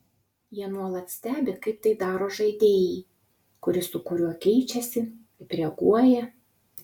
jie nuolat stebi kaip tai daro žaidėjai kuris su kuriuo keičiasi kaip reaguoja